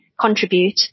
contribute